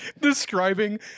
describing